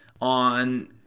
on